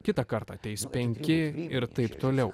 kitąkart ateis penki ir taip toliau